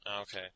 Okay